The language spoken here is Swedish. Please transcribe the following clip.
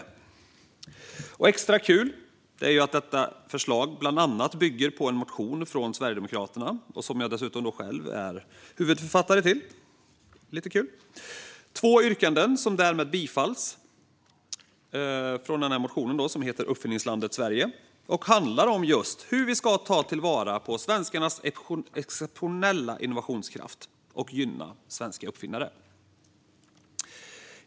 Det är extra kul att detta förslag bland annat bygger på en motion från Sverigedemokraterna, som jag dessutom själv är huvudförfattare till. Det blir då två yrkanden som bifalls från den motionen, som heter Uppfinningslandet Sverige . Det handlar just om hur vi ska ta vara på svenskarnas exceptionella innovationskraft och gynna svenska uppfinnare.